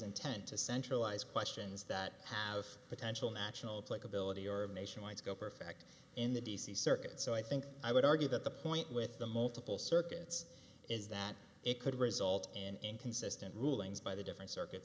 intent to centralize questions that have potential national playability or nation wide scope or effect in the d c circuit so i think i would argue that the point with the multiple circuits is that it could result in inconsistent rulings by the different circuits